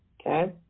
Okay